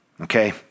okay